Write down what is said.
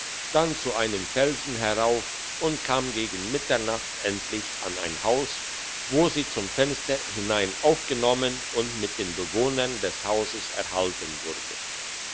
dann zu einem felsen herauf und kam gegen mitternacht endlich an ein haus wo sie zum fenster hinein aufgenommen und mit den bewohnern des hauses erhalten wurde